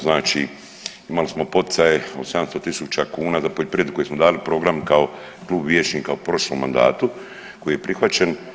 Znači imali smo poticaje od 700 000 kuna za poljoprivredu koju smo dali program kao klub vijećnika u prošlom mandatu koji je prihvaćen.